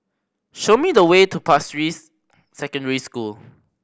show me the way to Pasir Ris Secondary School